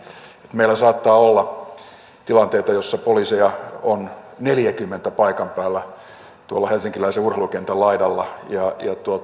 meillä saattaa olla tilanteita joissa poliiseja on neljänkymmenen paikan päällä helsinkiläisen urheilukentän laidalla ja